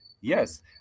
yes